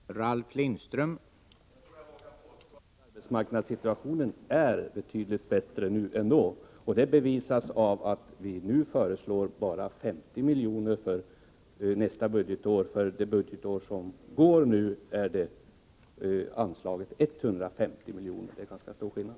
Herr talman! Jag tror att jag vågar påstå att arbetsmarknadssituationen är betydligt bättre nu än då, vilket bevisas av att vi nu föreslår bara 50 milj.kr. för nästa budgetår. För det löpande budgetåret har det anslagits 150 milj.kr., så det är ju en ganska stor skillnad.